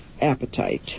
appetite